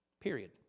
Period